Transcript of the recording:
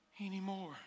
anymore